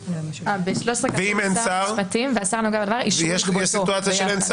ב-13 גם --- ושר המשפטים והשר הנוגע בדבר אישרו --- ביחד.